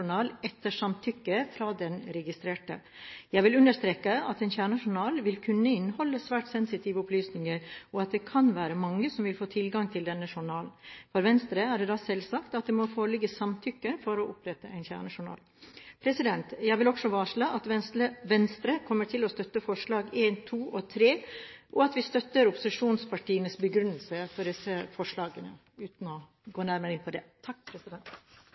etter samtykke fra den registrerte. Jeg vil understreke at en kjernejournal vil kunne inneholde svært sensitive opplysninger, og at det kan være mange som vil få tilgang til denne journalen. For Venstre er det da selvsagt at det må foreligge samtykke for å opprette en kjernejournal. Jeg vil også varsle at Venstre kommer til å støtte forslagene nr. 1, 2 og 3, og at vi støtter opposisjonspartienes begrunnelse for disse forslagene, uten å gå nærmere inn på det.